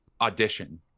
audition